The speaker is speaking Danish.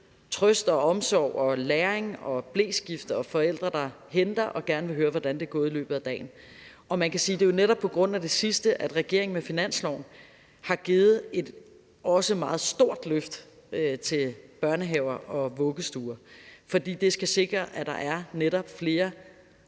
trøst og omsorg og læring og bleskift og tid til forældre, der henter børnene og gerne vil høre, hvordan det er gået i løbet af dagen. Og man kan sige, at det jo netop er på grund af det sidste, at regeringen med finansloven har givet et endog meget stort løft til børnehaver og vuggestuer, fordi det skal sikre, at der er netop flere